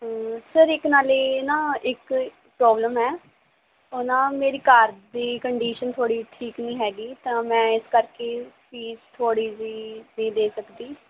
sir ਇੱਕ ਨਾਲੇ ਨਾ ਇੱਕ ਪ੍ਰੌਬਲਮ ਹੈ ਉਹ ਨਾ ਮੇਰੀ ਘਰ ਦੀ ਕੰਡੀਸ਼ਨ ਥੋੜ੍ਹੀ ਠੀਕ ਨਹੀਂ ਹੈਗੀ ਤਾਂ ਮੈਂ ਇਸ ਕਰਕੇ ਫੀਸ ਥੋੜ੍ਹੀ ਜਿਹੀ ਨਹੀਂ ਦੇ ਸਕਦੀ